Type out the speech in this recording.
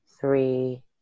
three